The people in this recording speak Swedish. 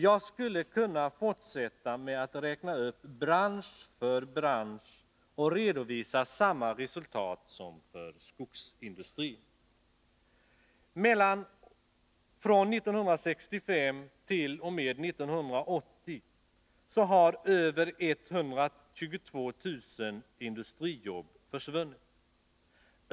Jag skulle kunna fortsätta med att räkna upp bransch för bransch och redovisa samma resultat som för skogsindustrin. Från 1965 t.o.m. 1980 har över 122 000 industrijobb försvunnit.